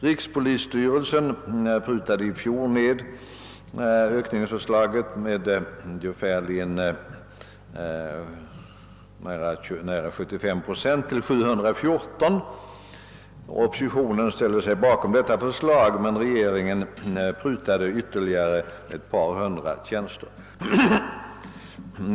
Rikspolisstyrelsen prutade i fjol ned förslaget med nära 75 procent till 714 nya tjänster. Oppositionen ställde sig bakom detta förslag, men regeringen prutade ytterligare ett par hundra tjänster.